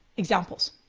examples.